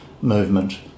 movement